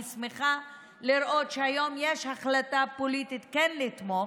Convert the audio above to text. אני שמחה לראות שהיום יש החלטה פוליטית כן לתמוך,